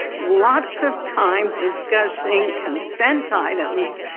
lots of time discussing consent items,